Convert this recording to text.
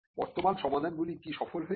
বর্তমান সমাধানগুলি কি সফল হয়েছে